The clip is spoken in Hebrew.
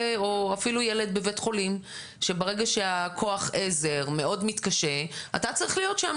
או אפילו ילד בבית חולים שברגע שהכוח עזר מאוד מתקשה אתה צריך להיות שם,